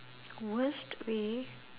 worst way